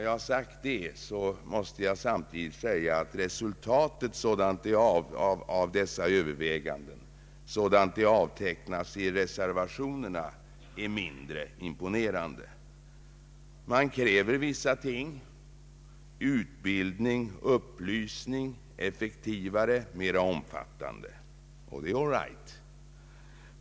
Jag anser emellertid att resultaten av dessa överväganden sådana de avtecknas i reservationerna är mindre imponerande. Man kräver vissa ting, t.ex. en effektivare och mer omfattande utbildning och upplysning, och det är all right.